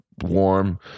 warm